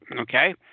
okay